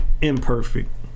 imperfect